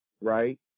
right